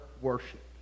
worship